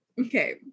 Okay